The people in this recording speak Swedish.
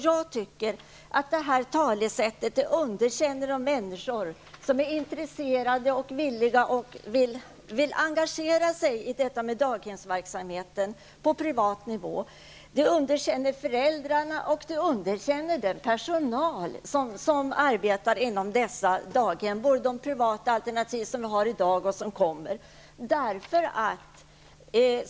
Jag tycker att detta är att underkänna de människor som är intresserade och villiga att engagera sig i daghemsverksamheten på privat nivå. Det är att underkänna föräldrarna och den personal som arbetar inom dessa daghem -- både de privata alternativ som finns i dag och de som kommer.